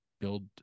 build